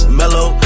mellow